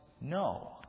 no